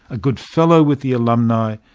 a good fellow with the alumni,